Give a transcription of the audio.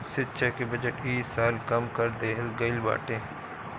शिक्षा के बजट इ साल कम कर देहल गईल बाटे